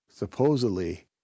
Supposedly